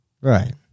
Right